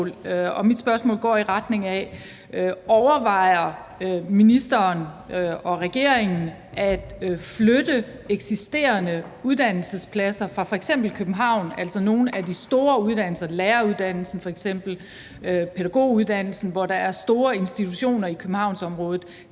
og mit spørgsmål går i retning af: Overvejer ministeren og regeringen at flytte eksisterende uddannelsespladser fra f.eks. København, altså nogle af de store uddannelser, f.eks. læreruddannelsen, pædagoguddannelsen, hvor der er store institutioner i Københavnsområdet,